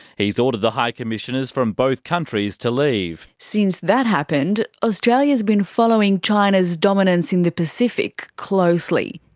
he's ordered the high commissioners from both countries to leave. since that happened, australia's been following china's dominance in the pacific closely,